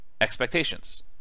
expectations